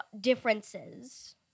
differences